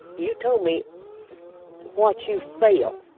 you told me what you felt.